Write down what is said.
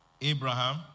Abraham